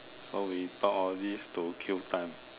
so we talk all this to kill time